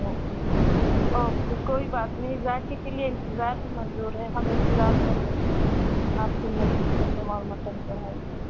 okay کوئی بات نہیں ذائقے کے لیے انتظار بھی منظور ہے ہم انتظار کر لیتے ہیں آپ کے مرغ مسلم اور مٹن کڑھائی کا